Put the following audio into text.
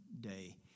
day